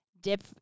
Dip